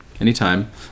anytime